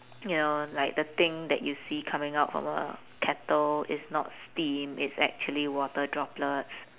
you know like the thing that you see coming out from a kettle is not steam it's actually water droplets